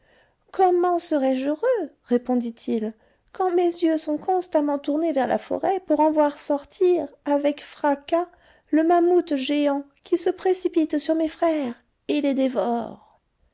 comment serais-je heureux répondit-il quand mes yeux sont constamment tournés vers la forêt pour en voir sortir avec fracas le mammouth géant qui se précipite sur mes frères et les dévore